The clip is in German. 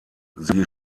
sie